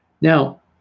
Now